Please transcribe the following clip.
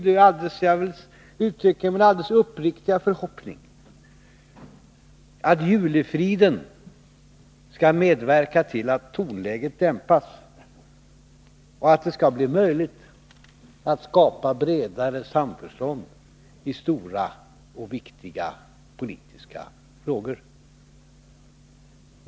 Det är min alldeles uppriktiga förhoppning att julefriden skall medverka till att tonläget dämpas och att det skall bli möjligt att skapa bredare samförstånd i stora och viktiga politiska frågor.